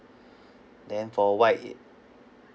then for white it